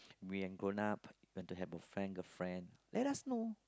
when grown up when you want to have girlfriend boyfriend let us know